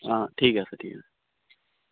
অঁ ঠিক আছে ঠিক আছে